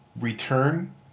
return